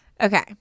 Okay